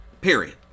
Period